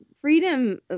freedom